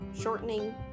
shortening